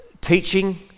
teaching